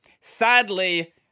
sadly